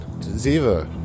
Ziva